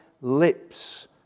lips